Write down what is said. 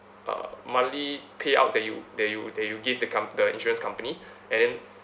uh monthly payouts that you that you that you give the com~ the insurance company and then